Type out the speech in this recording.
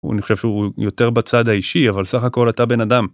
הוא אני חושב שהוא יותר בצד האישי אבל סך הכל אתה בן אדם.